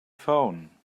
phone